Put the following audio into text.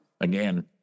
Again